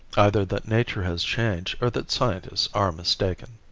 either that nature has changed or that scientists are mistaken.